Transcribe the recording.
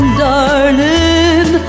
darling